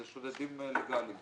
אלה שודדים לגאליים